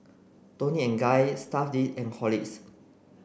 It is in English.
Toni and Guy Stuff'd and Horlicks